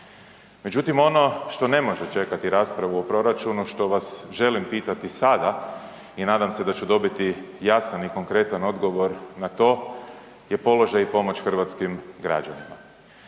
Međutim, ono što ne može čekati raspravu o proračunu što vas želim pitati sada i nadam se da ću dobiti jasan i konkretan odgovor na to, je položaj i pomoć hrvatskim građanima.